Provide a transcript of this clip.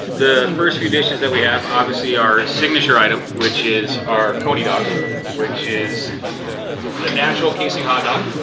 the first few dishes that we have obviously our signature item which is our coney dog which is a natural casing hot dog